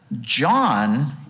John